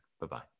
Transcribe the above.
Bye-bye